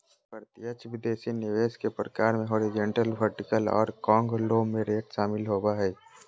प्रत्यक्ष विदेशी निवेश के प्रकार मे हॉरिजॉन्टल, वर्टिकल आर कांगलोमोरेट शामिल होबो हय